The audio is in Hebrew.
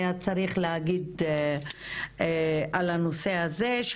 היה צריך להגיד על הנושא הזה,